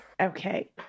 Okay